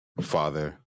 father